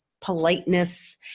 politeness